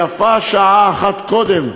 יפה שעה אחת קודם.